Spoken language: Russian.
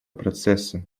процесса